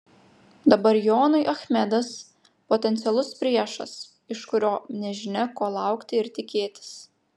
dabar jonui achmedas potencialus priešas iš kurio nežinia ko laukti ir tikėtis